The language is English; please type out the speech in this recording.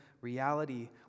reality